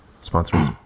Sponsors